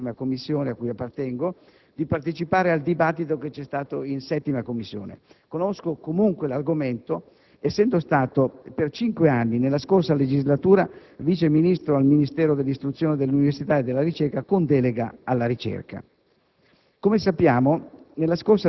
dati i pressanti impegni nella 10a Commissione a cui appartengo, di partecipare al dibattito che vi è stato in 7a Commissione. Conosco comunque l'argomento, essendo stato per cinque anni nella scorsa legislatura vice ministro al Ministero dell'istruzione, dell'università e della ricerca, con delega alla ricerca.